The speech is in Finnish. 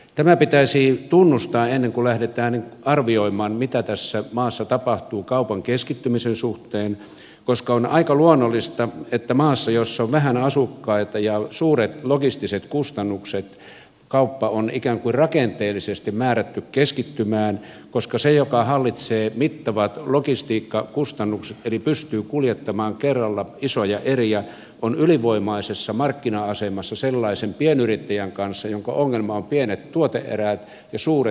tämä pitäisi tunnustaa ennen kuin lähdetään arvioimaan mitä tässä maassa tapahtuu kaupan keskittymisen suhteen koska on aika luonnollista että maassa jossa on vähän asukkaita ja suuret logistiset kustannukset kauppa on ikään kuin rakenteellisesti määrätty keskittymään koska se joka hallitsee mittavat logistiikkakustannukset eli pystyy kuljettamaan kerralla isoja eriä on ylivoimaisessa markkina asemassa suhteessa sellaiseen pienyrittäjään jonka ongelmat ovat pienet tuote erät ja suuret logistiikkakustannukset